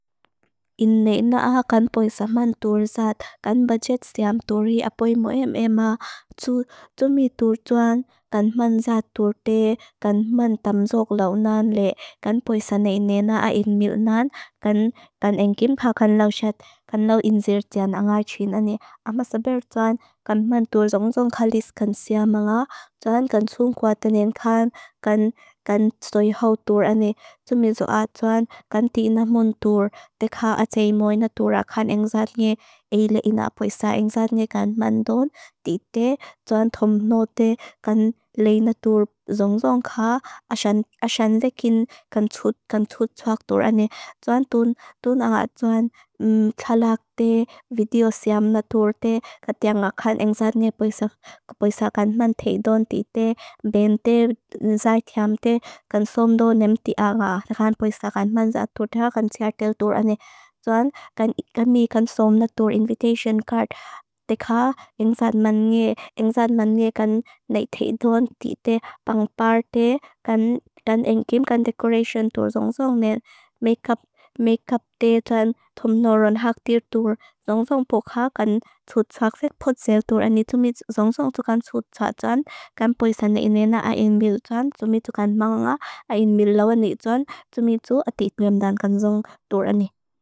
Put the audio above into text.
Ineina aga kan poisa mantur zaat, kan bajet siam turi apoimu emem a. Tsumitur tuan kan man zaat tur te, kan man tamzok launan le, kan poisa neina a inmiunan, kan engim pa kan laushat. Kan lau injertian a ngachin ane, a masaber tuan kan mantur zong zong khalis kan siam ala, tuan kan tsung kwatenen kan, kan tsutoy hau tur ane. Tsumitur a tuan kan tina muntur, te kha a tseimoy na tur a kan engzat ne, ei leina a poisa engzat ne, kan mandon, ti te. Tuan tomno te, kan leina tur zong zong kha, a san lekin, kan tsut, kan tsut soak tur ane, tuan tun ala, tuan tsalak te, video siam na tur te. Kan tia nga kan engzat ne poisa, poisa kan man teidon ti te, bente zaithiam te, kan tsomdo nem tia nga, kan poisa kan man zaat tur te,. Kan tsiartel tur ane, tuan kan mi, kan tsom na tur, invitation card, te kha, engzat man nge, engzat man nge, kan nei teidon ti te. Pangparte, kan, kan engim, kan decoration tur zong zong ne, make up, make up te, tuan tomno ron, hak tir tur, zong zong pokha. Kan tsut soak se, potseil tur ane, tuan mi, zong zong tu kan tsut soak tuan, kan poisa nei nena, a en mil, tuan, tuan mi tu kan ma nga, a en mil lawa nei tuan, tuan mi tu atit miam dan, kan zong tur ane.